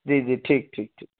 جی جی ٹھیک ٹھیک ٹھیک